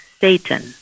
Satan